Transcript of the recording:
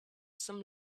some